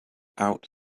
out